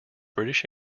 british